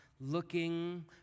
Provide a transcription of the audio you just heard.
looking